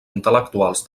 intel·lectuals